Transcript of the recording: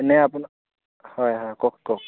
এনে আপোনাৰ হয় হয় কওক কওক